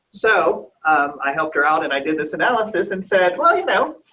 so i helped her out and i did this analysis and said, well, you know,